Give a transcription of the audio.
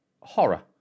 horror